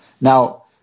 Now